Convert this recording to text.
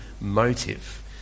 motive